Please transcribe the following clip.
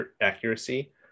accuracy